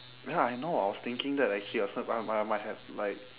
ya I know I was thinking that actually I was I I might have like